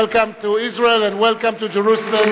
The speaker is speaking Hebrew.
welcome to Israel and welcome to Jerusalem,